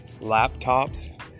laptops